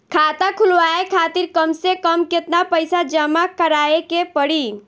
खाता खुलवाये खातिर कम से कम केतना पईसा जमा काराये के पड़ी?